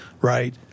right